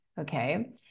Okay